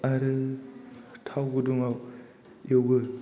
आरो थाव गुदुङाव एवो